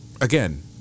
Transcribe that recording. again